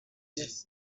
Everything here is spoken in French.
dit